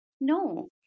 No